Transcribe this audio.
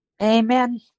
Amen